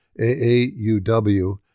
AAUW